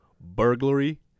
Burglary